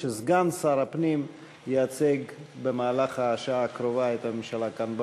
שסגן שר הפנים ייצג במהלך השעה הקרובה את הממשלה כאן במליאה.